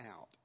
out